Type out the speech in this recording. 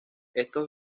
estos